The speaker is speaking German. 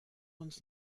uns